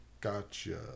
Gotcha